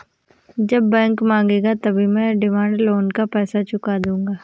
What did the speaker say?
जब बैंक मांगेगा तभी मैं डिमांड लोन का पैसा चुका दूंगा